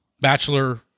Bachelor